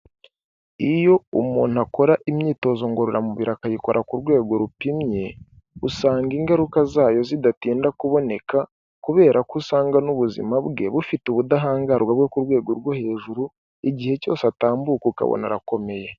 Iyo umuntu akora imyitozo ngororamubiri akayikora ku rwego rupimye, usanga ingaruka zayo zidatinda kuboneka kubera ko usanga n'ubuzima bwe bufite ubudahangarwa bwo ku rwego rwo hejuru, igihe cyose atambuka ukabona arakomeye.